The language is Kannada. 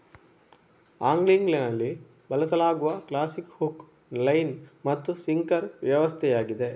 ಆಂಗ್ಲಿಂಗಿನಲ್ಲಿ ಬಳಸಲಾಗುವ ಕ್ಲಾಸಿಕ್ ಹುಕ್, ಲೈನ್ ಮತ್ತು ಸಿಂಕರ್ ವ್ಯವಸ್ಥೆಯಾಗಿದೆ